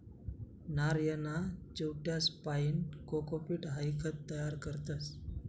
नारयना चिवट्यासपाईन कोकोपीट हाई खत तयार करतस